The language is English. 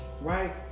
right